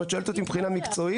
אם את שואלת אותי מבחינה מקצועית.